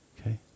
Okay